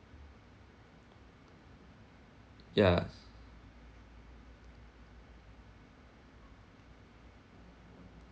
ya